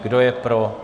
Kdo je pro?